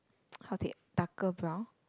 how to say darker brown